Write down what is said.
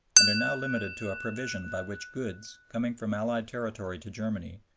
and are now limited to a provision by which goods, coming from allied territory to germany,